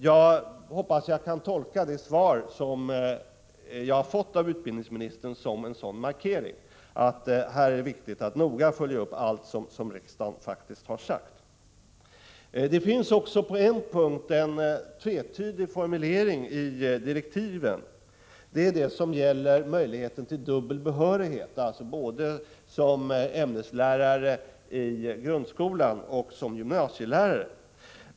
Jag hoppas att jag kan tolka utbildningsministerns svar som en sådan markering av att det är viktigt att noga följa upp allt som riksdagen faktiskt har uttalat. Det finns också på en punkt en tvetydig formulering i direktiven. Det är den som gäller möjligheten till dubbel behörighet, dvs. både som ämneslärarei grundskolan och som gymnasielärare.